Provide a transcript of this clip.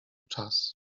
czas